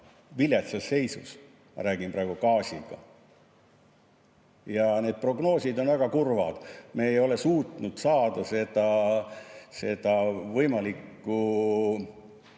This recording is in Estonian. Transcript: viletsas seisus. Ma räägin praegu gaasist. Ja need prognoosid on väga kurvad. Me ei ole suutnud seda võimalikku